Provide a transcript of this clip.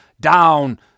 down